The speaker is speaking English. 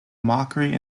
mockery